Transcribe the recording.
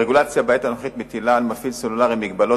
הרגולציה בעת הנוכחית מטילה על מפעיל סלולרי מגבלות